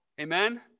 Amen